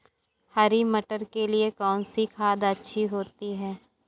हरी मटर के लिए कौन सी खाद अच्छी होती है?